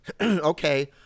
okay